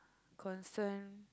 concerns